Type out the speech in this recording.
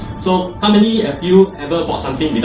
so how many of you ever bought something